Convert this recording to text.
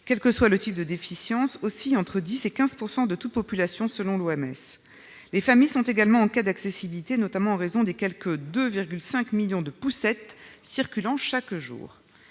quel que soit le type de déficience, oscille entre 10 % et 15 % de toute population, selon l'OMS. Les familles sont également en quête d'accessibilité, notamment en raison des quelque 2,5 millions de poussettes circulant chaque jour.